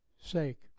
sake